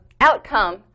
outcome